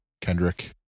Kendrick